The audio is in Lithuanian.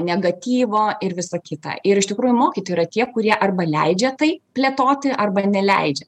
negatyvo ir visa kita ir iš tikrųjų mokytojai yra tie kurie arba leidžia tai plėtoti arba neleidžia